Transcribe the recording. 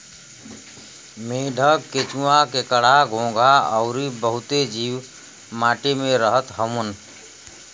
मेंढक, केंचुआ, केकड़ा, घोंघा अउरी बहुते जीव माटी में रहत हउवन